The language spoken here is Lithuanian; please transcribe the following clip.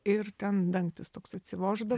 ir ten dangtis toks atsivoždavo